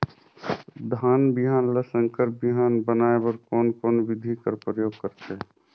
धान बिहान ल संकर बिहान बनाय बर कोन कोन बिधी कर प्रयोग करथे?